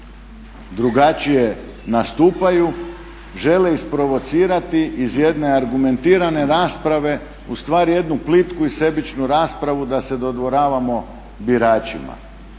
drugačije nastupaju žele isprovocirati iz jedne argumentirane rasprave ustvari jednu plitku i sebičnu raspravu da se dodvoravamo biračima.